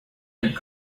and